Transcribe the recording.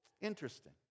Interesting